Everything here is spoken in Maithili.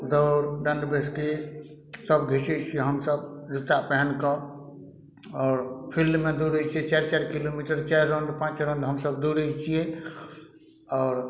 दौड़ दण्ड बैसकी सब घीचय छियै हमसब जूता पहन कऽ आओर फील्डमे दौड़य छियै चारि चारि किलोमीटर चारि राउंड पाँच राउंड हमसब दौड़य छियै आओर